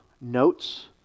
notes